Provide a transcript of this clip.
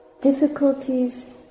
difficulties